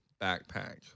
backpack